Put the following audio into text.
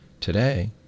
Today